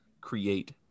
create